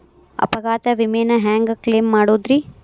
ಅಪಘಾತ ವಿಮೆನ ಹ್ಯಾಂಗ್ ಕ್ಲೈಂ ಮಾಡೋದ್ರಿ?